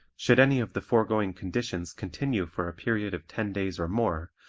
should any of the foregoing conditions continue for a period of ten days or more,